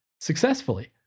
successfully